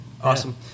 Awesome